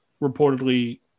reportedly